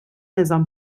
نظام